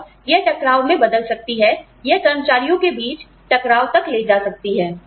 और यह टकराव में बदल सकती है या कर्मचारियों के बीच टकराव तक ले जा सकती है